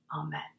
Amen